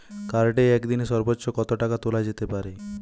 কার্ডে একদিনে সর্বোচ্চ কত টাকা তোলা যেতে পারে?